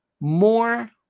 more